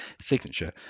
signature